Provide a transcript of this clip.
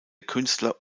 künstler